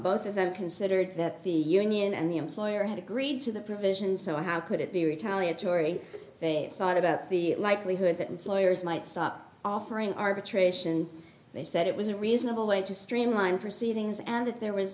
both of them considered that the union and the employer had agreed to the provisions so how could it be retaliatory they thought about the likelihood that employers might stop offering arbitration they said it was a reasonable way to streamline proceedings and that there was